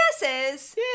guesses